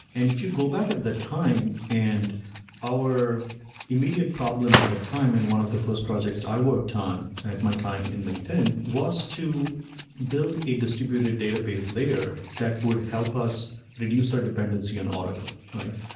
and if you go back at the time, and our immediate problem at the time and one of the first projects i worked on at my time in linkedin was to build a distributed database layer that would help us reduce our dependency on oracle, right?